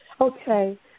okay